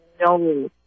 no